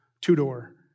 two-door